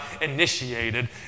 initiated